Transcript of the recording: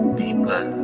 people